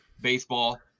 baseball